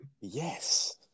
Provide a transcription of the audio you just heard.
Yes